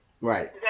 Right